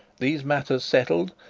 these matters settled,